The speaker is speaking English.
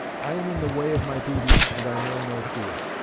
i am in the way of my duty and i know no fear.